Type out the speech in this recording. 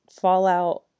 fallout